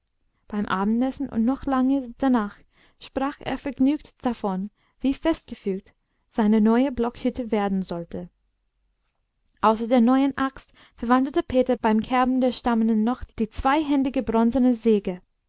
beim abendessen und noch lange danach sprach er vergnügt davon wie festgefügt seine neue blockhütte werden sollte außer der neuen axt verwandte peter beim kerben der stammenden noch die zweihändige bronzene säge